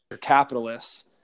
capitalists